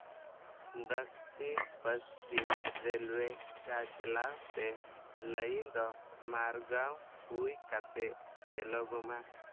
ᱫᱟᱠᱷᱪᱷᱤᱱ ᱯᱟᱪᱪᱷᱤᱢ ᱨᱮᱞᱚᱭᱮ ᱪᱟᱼᱪᱟᱞᱟᱣ ᱛᱮ ᱞᱟᱭᱤᱱ ᱫᱚ ᱢᱟᱨᱜᱟᱶ ᱦᱩᱭ ᱠᱟᱛᱮᱫ ᱵᱮᱞᱳᱜᱚᱢᱟ